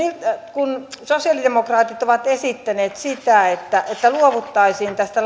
kun sosialidemokraatit ovat esittäneet sitä että että luovuttaisiin tästä